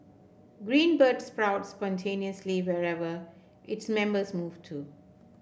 Green Bird sprouts spontaneously wherever its members move to